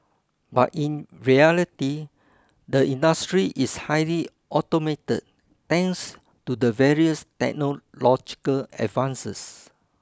but in reality the industry is highly automated thanks to the various technological advances